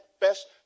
best